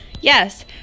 yes